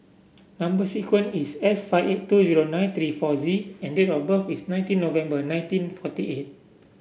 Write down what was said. number sequence is S five eight two zero nine three four Z and date of birth is nineteen November nineteen forty eight